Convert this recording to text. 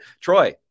troy